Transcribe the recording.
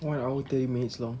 one hour thirty minutes long